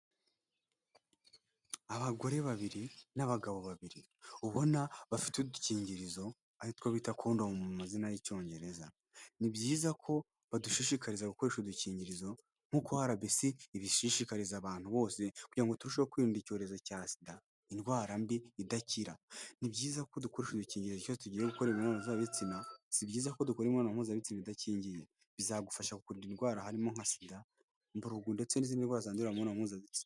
Abagore babiri n'abagabo babiri, ubona bafite udukingirizo ari two bita condom mu mazina y'Icyongereza. Ni byiza ko badushishikariza gukoresha udukingirizo, nkuko RBC ibishishikariza abantu bose, kugira ngo turusheho kwirinda icyorezo cya Sida, indwara mbi idakira. Ni byiza ko dukoresha udukingirizo igihe cyose tugiye gukora imibonano mpuzabitsina. Si byiza ko dukora imibonano mpuzabitsina idakingiye. Bizagufasha kukurinda indwara harimo nka Sida, mburugu, ndetse n'izindi ndwara zandurira mu mibonano mpuzabitsina.